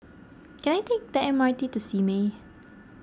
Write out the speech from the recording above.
can I take the M R T to Simei